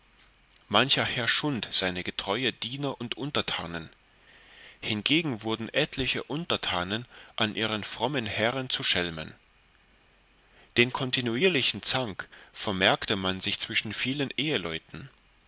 mancher herr schund seine getreue diener und untertanen hingegen wurden etliche untertanen an ihren frommen herren zu schelmen den kontinuierlichen zank vermerkte sich zwischen vielen eheleuten